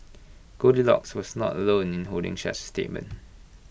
goldilocks was not alone in holding such A sentiment